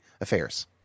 affairs